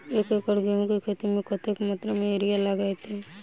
एक एकड़ गेंहूँ केँ खेती मे कतेक मात्रा मे यूरिया लागतै?